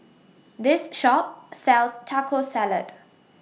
This Shop sells Taco Salad